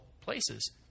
places